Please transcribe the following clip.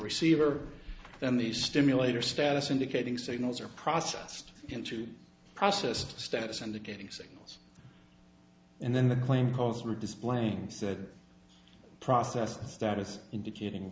receiver then the stimulator status indicating signals are processed into processed status indicating signals and then the claim calls were displaying said process status indicating